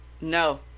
no